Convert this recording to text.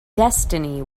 destiny